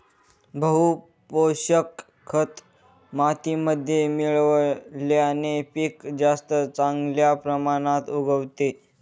बहू पोषक खत मातीमध्ये मिळवल्याने पीक जास्त चांगल्या प्रमाणात उगवते